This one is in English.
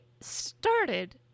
started